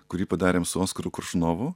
kurį padarėm su oskaru koršunovu